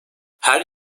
her